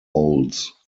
olds